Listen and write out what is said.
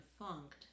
defunct